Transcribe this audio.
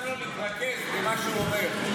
מנסה לא להתרגז ממה שהוא אומר.